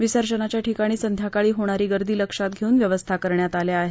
विसर्जनाच्या ठिकाणी संध्याकाळी होणारी गर्दी लक्षात घेऊन व्यवस्था करण्यात आल्या आहेत